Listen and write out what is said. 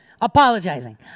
Apologizing